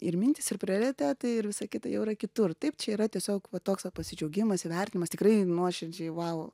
ir mintys ir prioritetai ir visa kita jau yra kitur taip čia yra tiesiog va toks va pasidžiaugimas įvertinimas tikrai nuoširdžiai vau